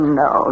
no